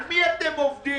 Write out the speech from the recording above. על מי אתם עובדים?